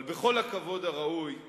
אבל בכל הכבוד הראוי,